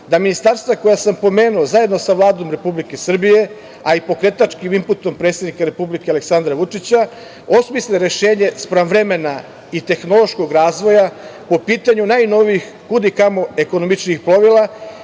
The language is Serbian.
da ministarstva koja sam pomenuo, zajedno sa Vladom Republike Srbije, a i pokretačkim imputom predsednika Republike Aleksandra Vučića, osmisle rešenje spram vremena i tehnološkog razvoja po pitanju najnovijih kud i kamo ekonomičnijih plovila